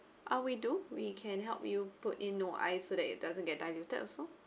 uh we do we can help you put in no ice so that it doesn't get diluted also